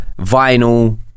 vinyl